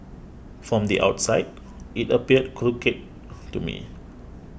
from the outside it appeared crooked to me